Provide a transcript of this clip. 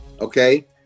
okay